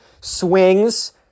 swings